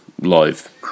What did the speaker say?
live